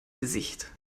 gesicht